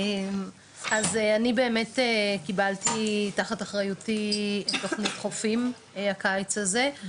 אני באמת קיבלתי תחת אחריותי את תוכנית "חופים" הקיץ הזה,